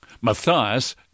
Matthias